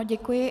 Děkuji.